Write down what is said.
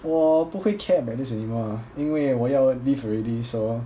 我不会 care about this anymore ah 因为我要 leave already so